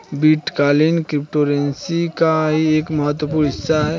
bitcoin cryptocurrency का ही एक महत्वपूर्ण हिस्सा है